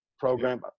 program